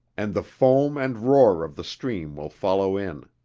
and the foam and roar of the stream will follow in.